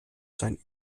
sein